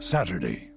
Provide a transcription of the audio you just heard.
Saturday